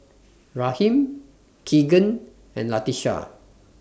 Raheem Keegan and Latisha